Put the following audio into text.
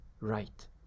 right